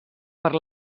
per